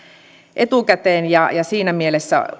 etukäteen ja siinä mielessä